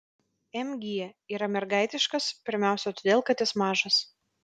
mg yra mergaitiškas pirmiausia todėl kad jis mažas